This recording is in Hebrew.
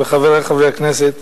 חברי חברי הכנסת,